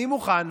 אני מוכן,